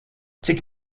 cik